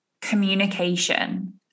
communication